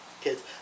kids